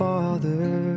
Father